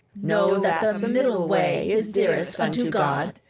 know the middle way is dearest unto god,